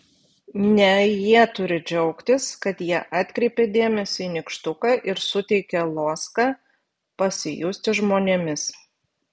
ne jie turi džiaugtis kad jie atkreipia dėmesį į nykštuką ir suteikia loską pasijusti žmonėmis